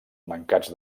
mancats